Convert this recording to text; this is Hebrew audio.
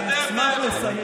עזוב אותך,